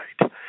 right